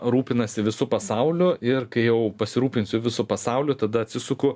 rūpinasi visu pasauliu ir kai jau pasirūpinsiu visu pasauliu tada atsisuku